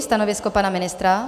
Stanovisko pana ministra?